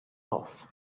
off